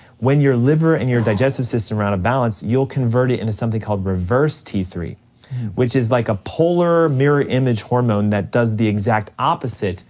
when you're liver and your digestive system are out of balance, you'll convert it into something called reverse t three which is like a polar, mirror image hormone that does the exact opposite,